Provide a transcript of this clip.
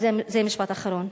וזה משפט אחרון,